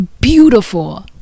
beautiful